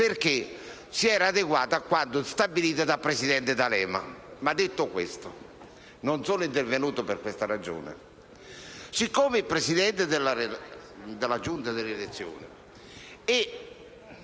perché si era adeguato a quanto stabilito dal presidente D'Alema. Detto questo però, non sono intervenuto per questa ragione, ma perché il Presidente della Giunta delle elezioni